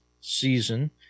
season